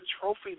trophy